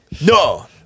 No